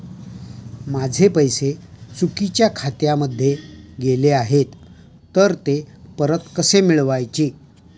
माझे पैसे चुकीच्या खात्यामध्ये गेले आहेत तर ते परत कसे मिळवायचे?